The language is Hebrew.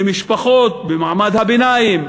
למשפחות במעמד הביניים,